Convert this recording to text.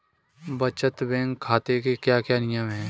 बचत बैंक खाते के क्या क्या नियम हैं?